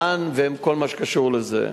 לאן וכל מה שקשור לזה.